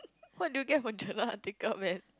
what did you get for general article man